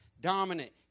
dominant